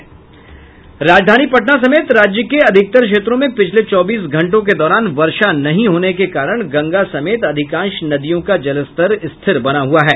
राजधानी पटना समेत राज्य के अधिकतर क्षेत्रों में पिछले चौबीस घंटों के दौरान वर्षा नहीं होने के कारण गंगा समेत अधिकांश नदियों का जलस्तर स्थिर बना हुआ है